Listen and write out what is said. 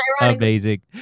Amazing